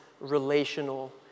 relational